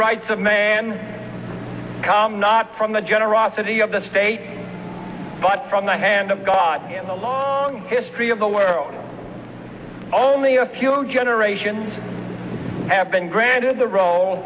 rights of man come not from the generosity of the state but from the hand of god in the long history of the world only a few generations have been granted the role